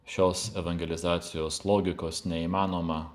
šios evangelizacijos logikos neįmanoma